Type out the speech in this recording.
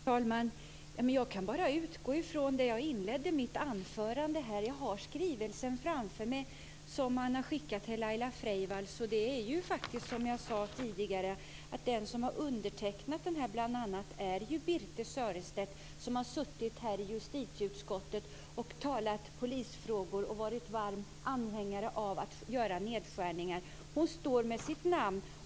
Herr talman! Jag kan bara utgå från det som jag inledde mitt anförande med här. Jag har framför mig den skrivelse som man har skickat till Laila Freivalds. Det är faktiskt så, som jag sade tidigare, att den bl.a. är undertecknad av Birthe Sörestedt, som i justitieutskottet har varit varm anhängare av att göra nedskärningar i polissammanhang.